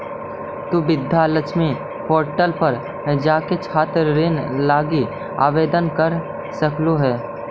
तु विद्या लक्ष्मी पोर्टल पर जाके छात्र ऋण लागी आवेदन कर सकलहुं हे